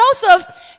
joseph